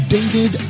David